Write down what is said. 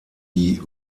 die